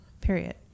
period